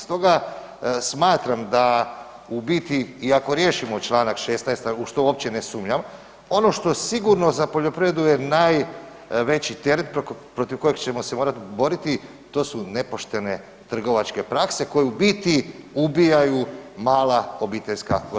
Stoga smatram da u biti i ako riješimo čl. 16. u što uopće ne sumnjam, ono što sigurno za poljoprivredu je najveći teret protiv kojeg ćemo se morati boriti to su nepoštene trgovačke prakse koje u biti ubijaju mala obiteljska gospodarstva.